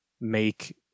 make